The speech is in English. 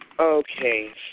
Okay